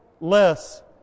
less